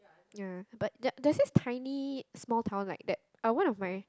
ya but there there's a tiny small town like that uh one of my